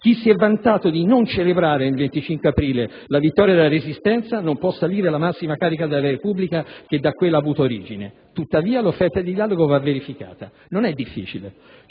chi si è sempre vantato di non celebrare nel 25 aprile la vittoria della Resistenza non può salire alla massima carica della Repubblica che da quella ha avuto origine. Tuttavia, l'offerta di dialogo va verificata. Non è difficile,